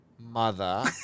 mother